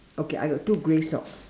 okay I got two grey socks